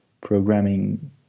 programming